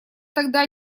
тогда